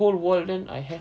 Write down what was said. whole wall then I have